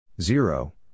Zero